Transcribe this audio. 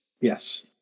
Yes